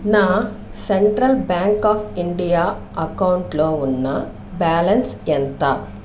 నా central bank of India అకౌంటులో ఉన్న బ్యాలన్స్ ఎంత